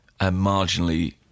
marginally